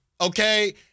okay